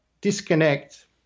disconnect